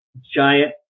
giant